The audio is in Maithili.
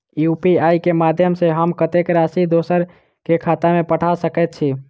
यु.पी.आई केँ माध्यम सँ हम कत्तेक राशि दोसर केँ खाता मे पठा सकैत छी?